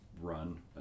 run